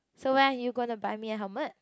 so when are you going to buy me a helmet